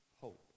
hope